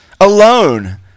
alone